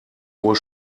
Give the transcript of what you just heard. uhr